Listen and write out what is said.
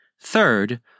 Third